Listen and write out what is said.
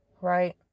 right